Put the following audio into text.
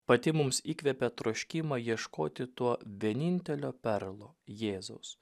pati mums įkvepia troškimą ieškoti to vienintelio perlo jėzaus